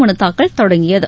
மனு தாக்கல் தொடங்கியது